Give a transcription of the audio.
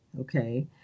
okay